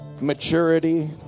maturity